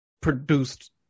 produced